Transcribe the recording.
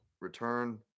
return